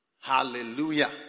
Hallelujah